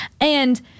And-